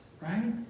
right